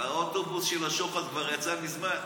האוטובוס של השוחד כבר יצא מזמן.